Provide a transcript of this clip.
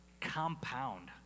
compound